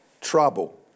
trouble